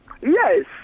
Yes